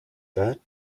that